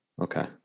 Okay